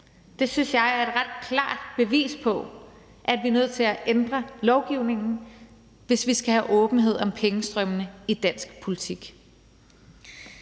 Det synes jeg er et ret klart bevis på, at vi er nødt til at ændre lovgivningen, hvis vi skal have åbenhed om pengestrømmene i dansk politik.